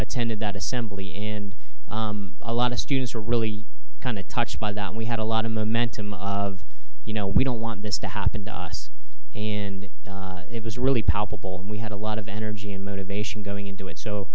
attended that assembly and a lot of students were really kind of touched by that and we had a lot of momentum of you know we don't want this to happen to us and it was really palpable and we had a lot of energy and motivation going into it so